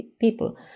people